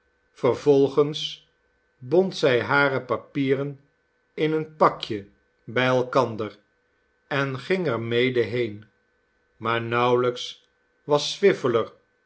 vervolgens bond zij hare papieren in een pakje bij elkander en ging er mede heen maar nauwelijks was